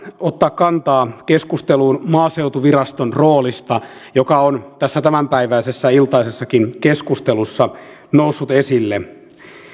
ottaa kantaa keskusteluun maaseutuviraston roolista joka on tässä tämänpäiväisessä ja iltaisessakin keskustelussa noussut esille